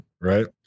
right